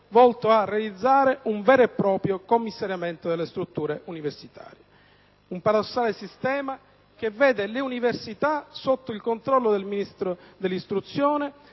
volto a realizzare un vero e proprio commissariamento delle strutture universitarie. Si tratta di un sistema paradossale, che vede le università sotto il controllo del Ministero dell'istruzione,